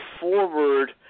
forward